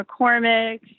McCormick